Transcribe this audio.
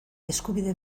eskubide